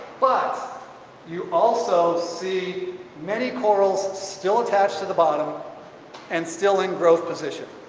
but you also see many corals still attached to the bottom and still in growth position